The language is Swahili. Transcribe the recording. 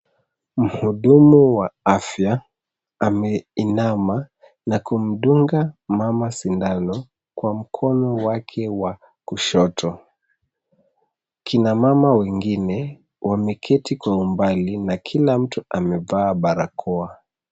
Mhudumu wa afya ameinama na kumdunga mama sindano kwa mkono wake wa kushoto. Kina mama wengine wameketi kwa umbali na kila mtu amevaa barakoa.